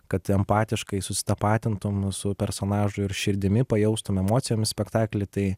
kad empatiškai susitapatintum su personažu ir širdimi pajaustum emocijomis spektaklį tai